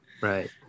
Right